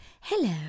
hello